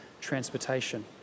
transportation